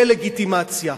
דה-לגיטימציה.